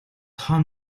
тоо